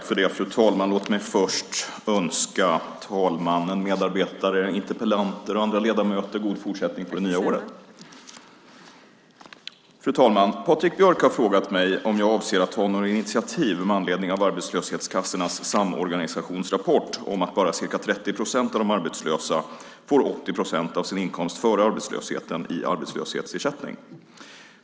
Fru talman! Låt mig först önska talmannen, medarbetare, interpellanter och andra ledamöter god fortsättning på det nya året. Fru talman! Patrik Björck har frågat mig om jag avser att ta några initiativ med anledning av Arbetslöshetskassornas Samorganisations rapport om att bara ca 30 procent av de arbetslösa får 80 procent av sin inkomst före arbetslösheten i arbetslöshetsersättning.